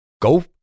Go